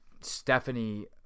Stephanie